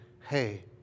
hey